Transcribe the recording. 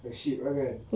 the ship lah kan